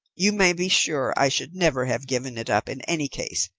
you may be sure i should never have given it up, in any case,